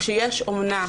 כשיש אומנה,